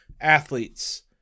athletes